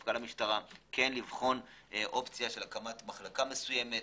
למפכ"ל המשטרה לבחון אופציה של הקמת מחלקה מסוימת